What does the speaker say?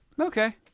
Okay